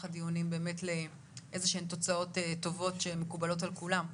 הדיונים לאיזה שהן תוצאות טובות שמקובלות על כולם.